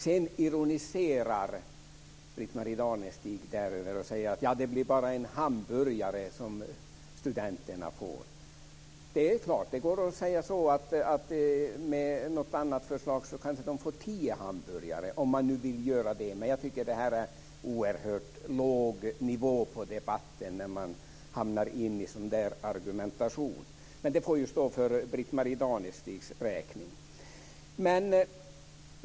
Sedan ironiserar Britt-Marie Danestig däröver och säger: Det blir bara en hamburgare som studenterna får. Det är klart att det går att säga så. Med något annat förslag kanske de får tio hamburgare, om man nu vill säga det. Jag tycker att det är en oerhört låg nivå på debatten när man hamnar i en sådan argumentation. Men det får ju stå för Britt-Marie Danestig.